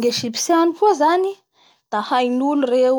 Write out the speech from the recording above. Ny egyptiany koa zany da hain'olo reo